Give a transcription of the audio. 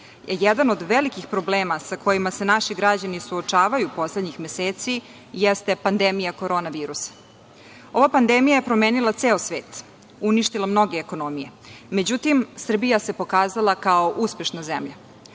Jedan od velikih problema sa kojim se naši građani suočavaju poslednjih meseci jeste pandemija korona virusa. Ova pandemija je promenila ceo svet, uništila mnoge ekonomije. Međutim, Srbija se pokazala kao uspešna zemlja.